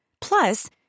Plus